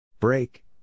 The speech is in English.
Break